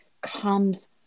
comes